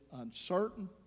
uncertain